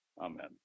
Amen